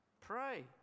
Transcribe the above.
Pray